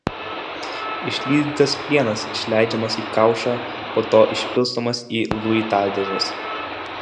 išlydytas plienas išleidžiamas į kaušą po to išpilstomas į luitadėžes